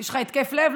יש לך התקף לב,